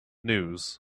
news